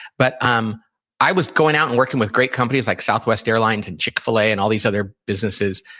but um i was going out and working with great companies like southwest airlines and chick-fil-a and all these other businesses,